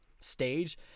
stage